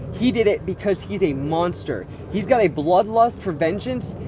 he did it because he's a monster. he's got a bloodlust for vengeance,